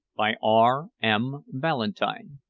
by r m. ballantyne.